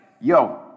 yo